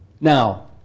Now